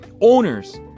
owners